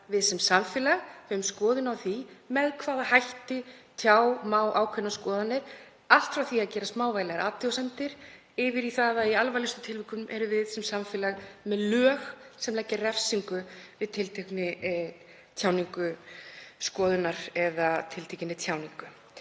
við sem samfélag höfum skoðun á því með hvaða hætti má tjá ákveðnar skoðanir, allt frá því að gera smávægilegar athugasemdir yfir í það að í alvarlegustu tilvikum erum við sem samfélag með lög sem leggja refsingu við tiltekinni tjáningu skoðunar. Mega fyrirtæki